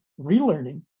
relearning